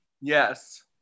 Yes